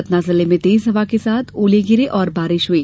सतना जिले में तेज हवा के साथ ओले गिरे और बारिष हई